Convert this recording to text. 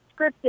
scripted